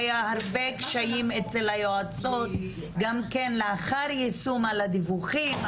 היו הרבה קשיים אצל היועצות גם כן לאחר היישום על הדיווחים,